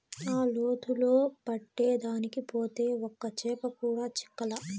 ఆ లోతులో పట్టేదానికి పోతే ఒక్క చేప కూడా చిక్కలా